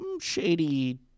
shady